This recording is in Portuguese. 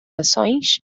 ações